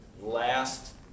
last